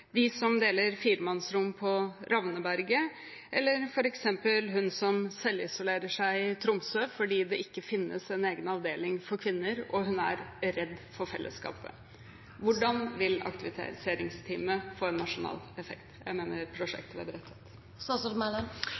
de som deler firemannsrom på Ravneberget, eller f.eks. hun som selvisolerer seg i Tromsø fordi det ikke finnes en egen avdeling for kvinner og hun er redd for fellesskapet. Hvordan vil prosjektet ved Bredtveit få en nasjonal effekt?